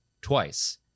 twice